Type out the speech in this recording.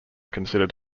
considered